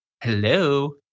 Hello